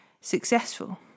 successful